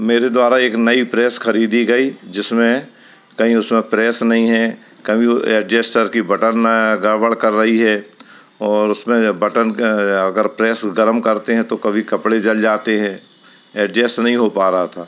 मेरे द्वारा एक नई प्रेस ख़रीदी गई जिसमें कहीं उसमें प्रेस नहीं है कभी वो एडजेस्टर का बटन गड़बड़ कर रहा है और उसमें जब बटन का अगर प्रेस गर्म करते हैं तो कभी कपड़े जल जाते हैं एडजेस्ट नहीं हो पा रहा था